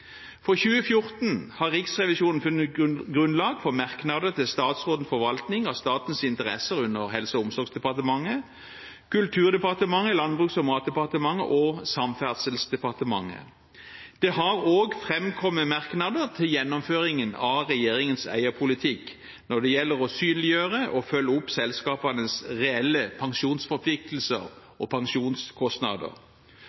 For 2014 har Riksrevisjonen funnet grunnlag for merknader til statsrådens forvaltning av statens interesser under Helse- og omsorgsdepartementet, Kulturdepartementet, Landbruks- og matdepartementet og Samferdselsdepartementet. Det har også framkommet merknader til gjennomføringen av regjeringens eierpolitikk når det gjelder å synliggjøre og følge opp selskapenes reelle